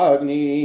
Agni